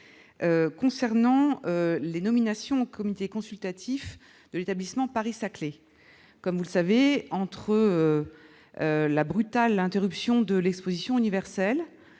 concerne les nominations au comité consultatif de l'établissement Paris-Saclay. Comme vous le savez, mes chers collègues, entre la brutale interruption de l'exposition universelle